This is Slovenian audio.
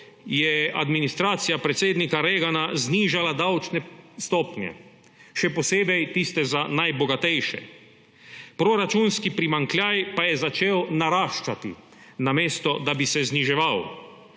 je administracija predsednika Reagana znižala davčne stopnje, še posebej tiste za najbogatejše, proračunski primanjkljaj pa je začel naraščati, namesto da bi se zniževal.